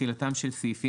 תחילה 32.תחילתם של סעיפים